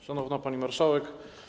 Szanowna Pani Marszałek!